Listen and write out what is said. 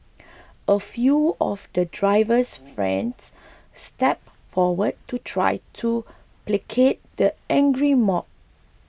a few of the driver's friends stepped forward to try to placate the angry mob